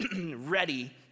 ready